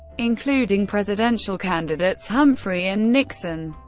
including presidential candidates humphrey and nixon.